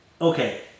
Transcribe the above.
Okay